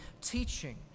teaching